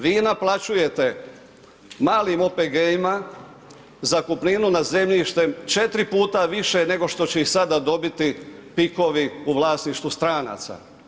Vi naplaćujete malim OPG-ima zakupninu na zemljište 4 puta više, nego što će ih sada dobiti PIK-ovi u vlasništvu stranaca.